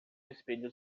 espelho